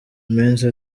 iminsi